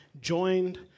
joined